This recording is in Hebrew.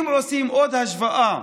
אם עושים עוד השוואה